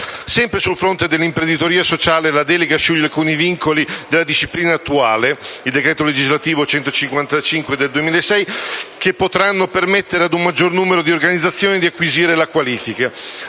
Sempre sul fronte dell'imprenditoria sociale la delega scioglie alcuni vincoli della disciplina attuale (il decreto legislativo n. 155 del 2006) che potranno permettere ad un maggior numero di organizzazioni di acquisire la qualifica.